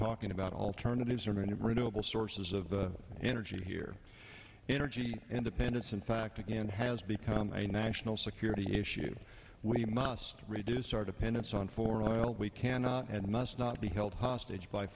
talking about alternatives are many renewable sources of the energy here in our g e independence in fact again has become a national security issue we must reduce our dependence on foreign oil we cannot and must not be held hostage by